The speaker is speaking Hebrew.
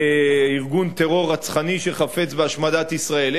ארגון טרור רצחני שחפץ בהשמדת ישראל,